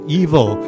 evil